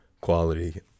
quality